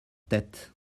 tête